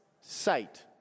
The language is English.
sight